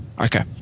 Okay